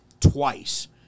twice